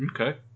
Okay